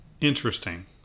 interesting